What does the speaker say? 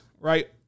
right